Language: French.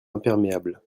imperméable